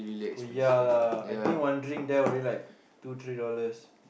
oh ya lah I think one drink there already like two three dollars